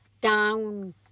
down